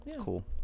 cool